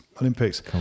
Olympics